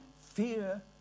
fear